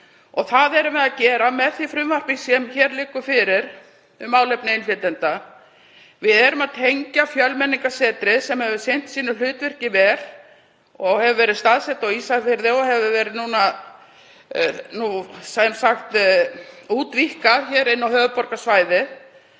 Það erum við að gera með því frumvarpi sem hér liggur fyrir um málefni innflytjenda. Við erum að tengja Fjölmenningarsetrið, sem hefur sinnt sínu hlutverki vel og hefur verið staðsett á Ísafirði, og víkka það núna inn á höfuðborgarsvæðið,